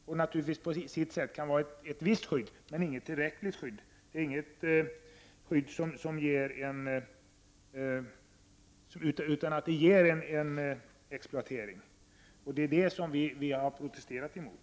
Den kan naturligtvis vara ett visst skydd i och för sig, men det är inte något tillräckligt skydd — den ger en exploatering, och det är det vi har protesterat mot.